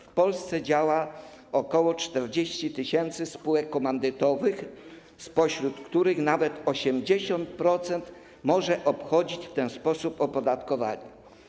W Polsce działa ok. 40 tys. spółek komandytowych, spośród których nawet 80% może obchodzić w ten sposób opodatkowanie.